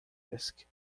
risk